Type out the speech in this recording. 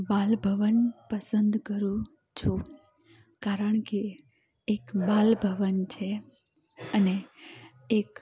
બાલભવન પસંદ કરું છું કારણ કે એક બાલભવન છે અને એક